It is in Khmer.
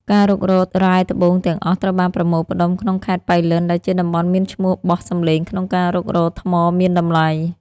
ការរុករករ៉ែត្បូងទាំងអស់ត្រូវបានប្រមូលផ្តុំក្នុងខេត្តប៉ៃលិន ដែលជាតំបន់មានឈ្មោះបោះសម្លេងក្នុងការរុករកថ្មមានតម្លៃ។